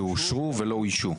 שאושרו ולא אויישו.